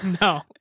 No